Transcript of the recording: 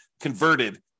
converted